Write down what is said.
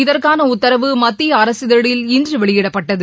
இதற்கான உத்தரவு மத்திய அரசிதழில் இன்று வெளியிடப்பட்டது